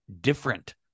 different